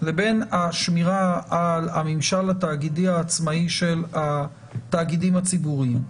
לבין השמירה על הממשל התאגידי העצמאי של התאגידים הציבוריים.